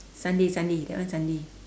sunday sunday that one sunday